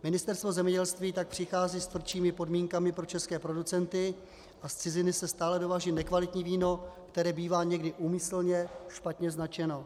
Ministerstvo zemědělství tak přichází s tvrdšími podmínkami pro české producenty, a z ciziny se stále dováží nekvalitní víno, které bývá někdy úmyslně špatně značeno.